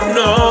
no